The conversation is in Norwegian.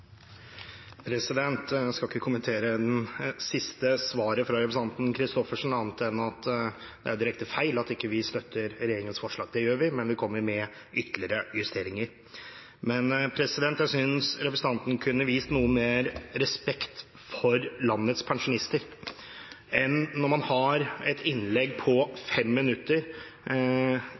Arbeiderpartiet. Jeg skal ikke kommentere det siste svaret fra representanten Christoffersen med annet enn at det er direkte feil at vi ikke støtter regjeringens forslag, det gjør vi, men vi kommer med ytterligere justeringer. Jeg synes representanten kunne vist noe mer respekt for landets pensjonister. Man har et innlegg på